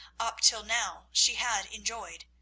up till now, she had enjoyed,